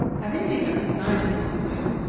having made up his mind on these points,